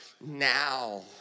now